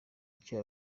icyo